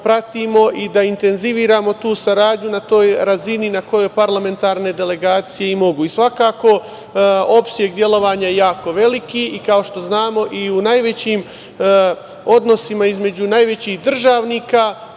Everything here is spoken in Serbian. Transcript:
i da intenziviramo tu saradnju na toj razini na kojoj parlamentarne delegacije i mogu. Svakako, opseg delovanja je jako veliki. Kao što znamo, u najvećim odnosima između najvećih državnika,